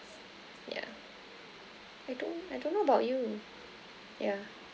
yeah I don't I don't know about you yeah